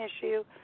issue